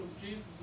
Jesus